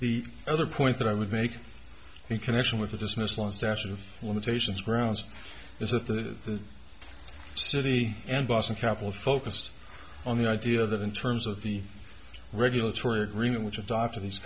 the other point that i would make in connection with the dismissal on statute of limitations grounds is that the city and boston capital focused on the idea that in terms of the regulatory agreement which adopted the